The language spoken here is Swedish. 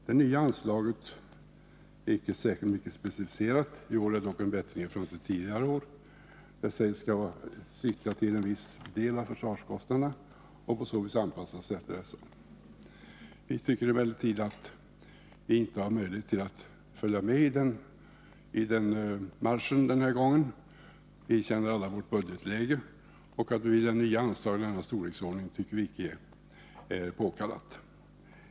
Det nya anslagskravet är icke särskilt specificerat, men innebär dock i fråga om motiven en förbättring i förhållande till tidigare år. Det sägs sikta till anpassning efter en viss del av försvarskostnaderna och på så vis anpassas efter dessa. Vi tycker emellertid att vi inte har möjlighet att följa med i den marschen den här gången. Vi känner alla till budgetläget. Något nytt anslag av denna storleksordning tycker vi icke är påkallat.